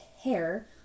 hair